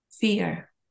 fear